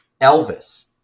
Elvis